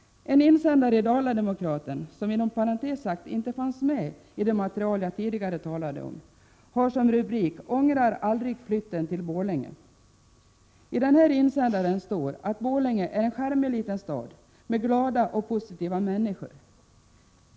En insändare i Dala-Demokraten — som inom parentes sagt inte fanns med i det material jag tidigare talade om — har som rubrik Ångrar aldrig flytten till Borlänge. I denna insändare står att läsa att Borlänge är en charmig liten stad med glada och positiva människor.